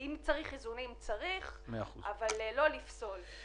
אם הרעש בחדר השני ימשיך אשלול מכם את זכות הדיבור.